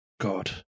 God